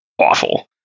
awful